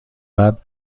بعد